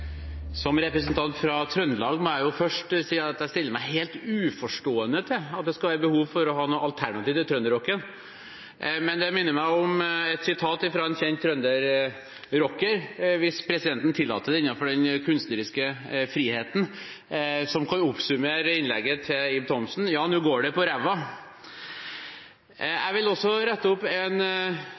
at det skal være behov for å ha noe alternativ til trønderrocken. Det minner meg om et sitat fra en kjent trønderrocker – hvis presidenten tillater det innenfor den kunstneriske friheten – som kan oppsummere innlegget til Ib Thomsen: «Ja no går de’ på rævva». Jeg vil også rette opp en